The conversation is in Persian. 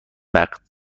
وقت